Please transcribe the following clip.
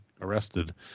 arrested